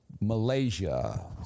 Malaysia